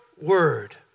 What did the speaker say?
word